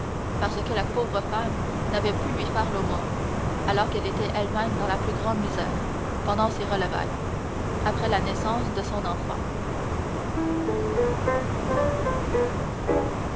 parce que la pauvre femme n'avait pu lui faire l'aumône alors qu'elle était elle-même dans la plus grande misère pendant ses relevailles après la naissance de son enfant